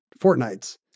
fortnights